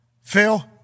Phil